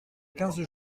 quinze